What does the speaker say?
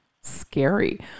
scary